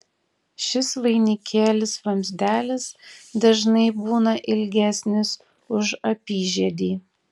šis vainikėlis vamzdelis dažnai būna ilgesnis už apyžiedį